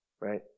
right